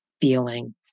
feeling